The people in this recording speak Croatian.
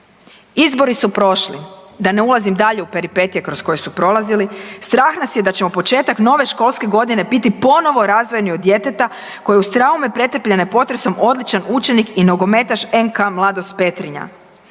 Izbori su prošli, da ne ulazim dalje u peripetije kroz koje su prolazili. Strah nas je da ćemo početak nove školske godine biti ponovo razdvojeni od djeteta koje je uz traume pretrpljene potresom odličan učenik i nogometaš NK Mladost Petrinja.